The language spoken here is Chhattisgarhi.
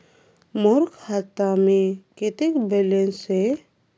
मोर खाता मे कतेक बैलेंस हे?